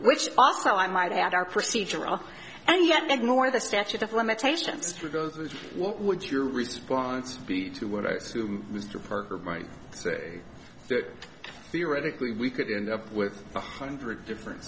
also i might add are procedural and yet ignore the statute of limitations to those what would your response be to what i assume mr parker might say that theoretically we could end up with a hundred different